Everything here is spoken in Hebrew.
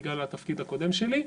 בגלל התפריד הקודם שלי.